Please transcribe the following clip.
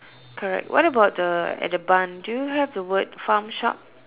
correct what about the at the barn do you have the word farm shop